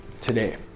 today